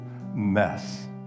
mess